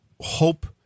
hope